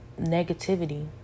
negativity